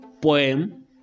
poem